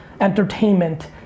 entertainment